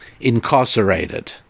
incarcerated